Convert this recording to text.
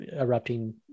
erupting